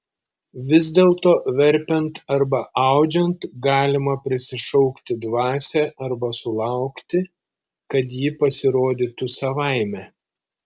vis dėlto verpiant arba audžiant galima prisišaukti dvasią arba sulaukti kad ji pasirodytų savaime